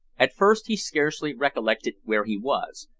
at first he scarcely recollected where he was,